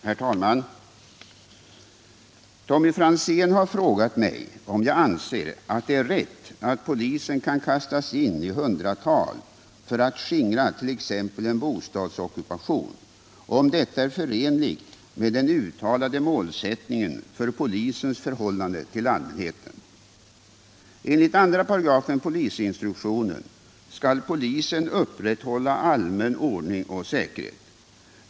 Herr talman! Herr Franzén har frågat mig om jag anser att det är rätt att poliser kan kastas in i hundratal för att ”skingra t.ex. en bostadsockupation” och om detta är förenligt med den uttalade målsättningen för polisens förhållande till allmänheten. Enligt 2 § polisinstruktionen skall polisen upprätthålla allmän ordning och säkerhet.